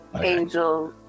Angel